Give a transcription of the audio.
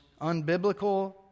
unbiblical